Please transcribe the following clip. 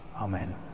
Amen